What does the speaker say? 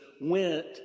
went